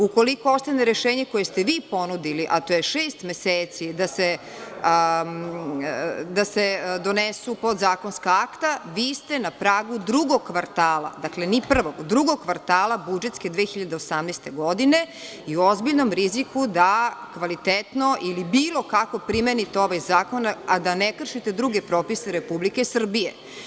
Ukoliko ostane rešenje koje ste vi ponudili, a to je šest meseci, da se donesu podzakonska akta, vi ste na pragu drugog kvartala, ne prvog, budžetske 2018. godine i u ozbiljnom ste riziku da kvalitetno ili bilo kako primenite ovaj zakon, a da ne kršite druge propise Republike Srbije.